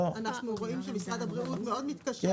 אנחנו רואים שמשרד הבריאות מאוד מתקשה.